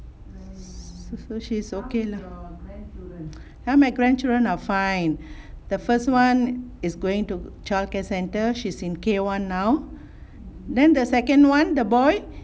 so she is okay lah all my grandchildren are fine the first one is going to childcare centre she's in K one now then the second one the boy